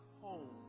home